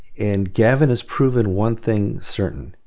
and gavin has proven one thing certain.